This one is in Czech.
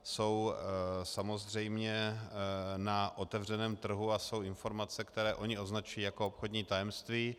Jsou samozřejmě na otevřeném trhu a jsou informace, které oni označují jako obchodní tajemství.